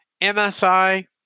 MSI